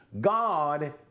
God